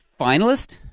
finalist